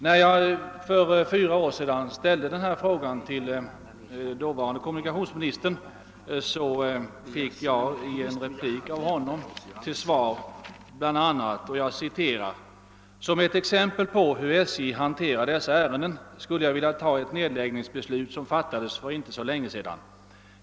När jag för fyra år sedan ställde den här frågan till dåvarande kommunikationsministern, fick jag i en replik av honom till svar bl.a. följande: >Som ett exempel på hur SJ hanterar dessa ärenden skulle jag vilja ta ett nedläggningsbeslut som fattades för inte så länge sedan.